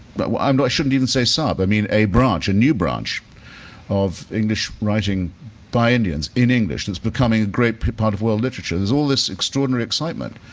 but but um i shouldn't even say sub i mean a branch a new branch of english writing by indians in english. it's becoming a great part of world literature. there's all this extraordinary excitement.